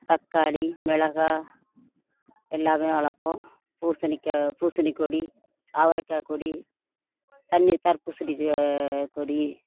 தக்காளி மிளகாய் எல்லாமே வளர்ப்போம் பூசணிக்காய் பூசணிக்கொடி அவரைக்காய் கொடி தண்ணி தர்பூசணி கொடி